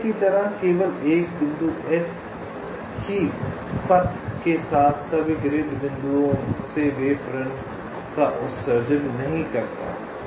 पहले की तरह केवल एक बिंदु S ही पथ के साथ सभी ग्रिड बिंदुओं से वेव फ्रंट का उत्सर्जन नहीं होता है